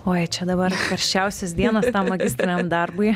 oi čia dabar karščiausios dienos tam magistriniam darbui